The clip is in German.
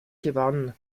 gewann